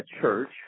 church